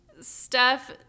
Steph